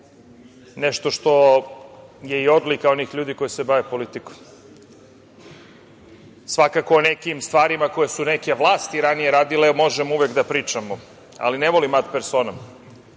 nešto što je i odlika onih ljudi koji se bave politikom. Svakako o nekim stvarima koje su neke vlasti ranije radile možemo uvek da pričamo, ali ne volim ad personom